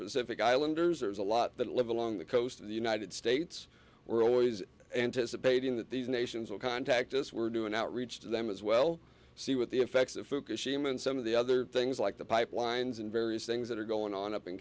pacific islanders there's a lot that live along the coast of the united states we're always anticipating that these nations will contact us we're doing outreach to them as well see what the effects of fukushima and some of the other things like the pipelines and various things that are going on up in